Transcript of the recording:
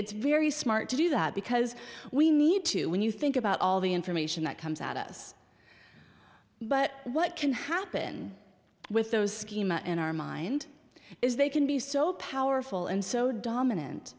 it's very smart to do that because we need to when you think about all the information that comes at us but what can happen with those schema in our mind is they can be so powerful and so dominant